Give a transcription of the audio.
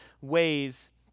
ways